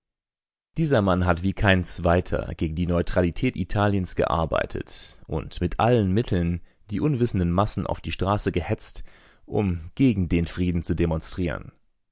dieser mann hat wie kein zweiter gegen die neutralität italiens gearbeitet und mit allen mitteln die unwissenden massen auf die straße gehetzt um gegen den frieden zu demonstrieren